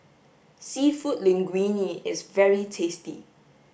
seafood linguine is very tasty